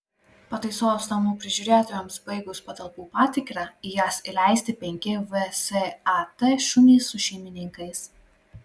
pataisos namų prižiūrėtojams baigus patalpų patikrą į jas įleisti penki vsat šunys su šeimininkais